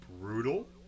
brutal